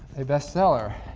a best-seller